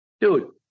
dude